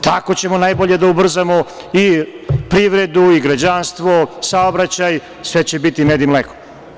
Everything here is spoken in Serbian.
Tako ćemo najbolje da ubrzamo i privredu i građanstvo, saobraćaj, sve će biti med i mleko.